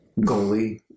Goalie